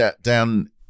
down